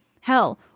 Hell